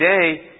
today